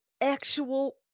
actual